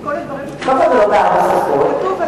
לא בארבע שפות.